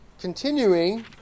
continuing